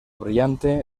brillante